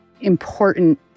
important